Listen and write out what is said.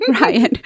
Ryan